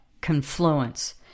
confluence